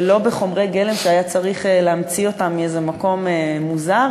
ולא בחומרי גלם שהיה צריך להמציא אותם מאיזה מקום מוזר,